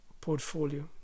portfolio